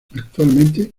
actualmente